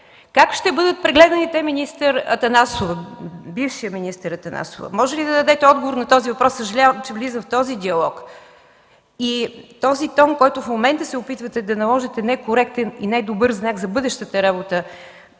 Как ще бъдат прегледани те, бивш министър Атанасова? Може ли да дадете отговор на този въпрос? Съжалявам, че влизам в този диалог. И този тон, който в момента се опитвате да наложите, не е коректен и не е добър знак за бъдещата работа